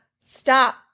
stop